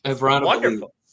wonderful